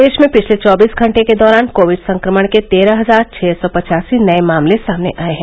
प्रदेश में पिछले चौबीस घंटे के दौरान कोविड संक्रमण के तेरह हजार छः सौ पचासी नए मामले सामने आए हैं